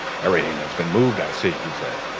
everything has been moved, i see, he said.